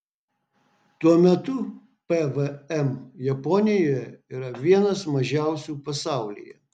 tuo metu pvm japonijoje yra vienas mažiausių pasaulyje